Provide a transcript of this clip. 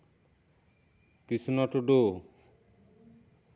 ᱠᱤᱥᱱᱚ ᱴᱩᱰᱩ